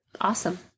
awesome